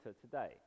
today